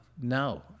no